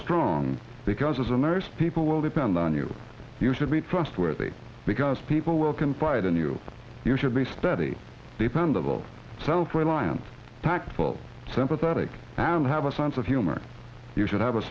strong because as a nurse people will depend on you you should be trustworthy because people will confide in you you should be steady dependable self reliant tactful sympathetic and have a sense of humor you should have a